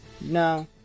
No